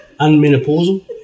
unmenopausal